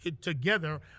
together